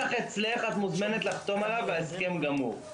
הנוסח אצלך, את מוזמנת לחתום עליו וההסכם גמור.